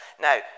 Now